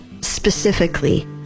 specifically